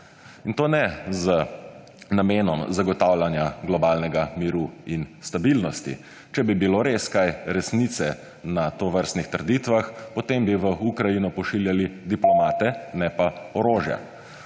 in to ne z namenom zagotavljanja globalnega miru in stabilnosti. Če bi bilo res kaj resnice na tovrstnih trditvah, potem bi v Ukrajino pošiljali diplomate, ne pa orožje.